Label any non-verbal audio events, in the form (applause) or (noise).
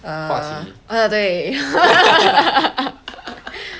话题 (laughs)